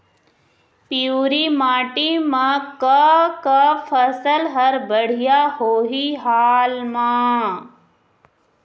पिवरी माटी म का का फसल हर बढ़िया होही हाल मा?